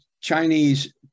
Chinese